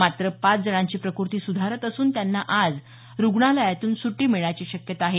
मात्र पाच जणांची प्रकृती सुधारत असून त्यांना आज रुग्णालयातून सुटी मिळण्याची शक्यता आहे